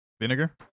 Vinegar